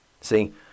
See